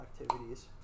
activities